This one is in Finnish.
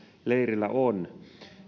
leirillä on